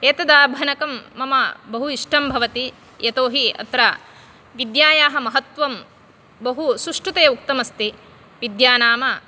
एतदाभणकं मम बहु इष्टं भवति यतो हि अत्र विद्यायाः महत्त्वं बहु सुष्ठुतया उक्तमस्ति विद्या नाम